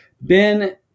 Ben